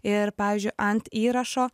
ir pavyzdžiui ant įrašo